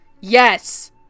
Yes